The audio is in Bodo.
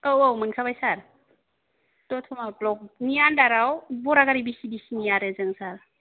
औ औ मोनखाबाय सार दत'मा ब्ल'कनि आण्डाराव बरागारि भि सि डि सि नि आरो जों सार